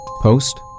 Post